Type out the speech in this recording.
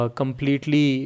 completely